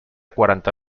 quaranta